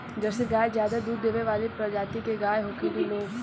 Jersey गाय ज्यादे दूध देवे वाली प्रजाति के गाय होखेली लोग